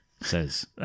says